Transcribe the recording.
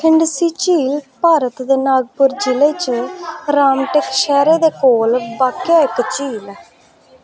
खिंडसी झील भारत दे नागपुर जि'ले च रामटेक शैह्रै दे कोल बाकेआ इक झील ऐ